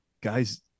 guys